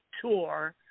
tour